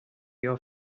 your